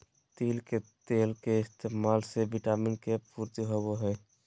तिल के तेल के इस्तेमाल से विटामिन के पूर्ति होवो हय